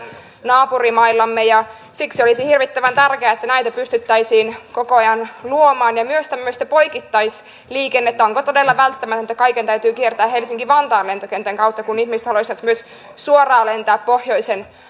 naapurimaillamme ja siksi olisi hirvittävän tärkeää että näitä pystyttäisiin koko ajan luomaan ja myös tämmöistä poikittaisliikennettä onko todella välttämätöntä että kaiken täytyy kiertää helsinki vantaan lentokentän kautta kun ihmiset haluaisivat myös suoraan lentää pohjoisen